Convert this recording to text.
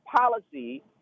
policy